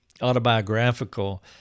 autobiographical